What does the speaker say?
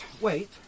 wait